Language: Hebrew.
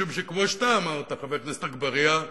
משום שכמו שאתה אמרת, חבר הכנסת אגבאריה,